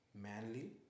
manly